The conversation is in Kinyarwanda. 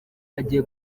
agiye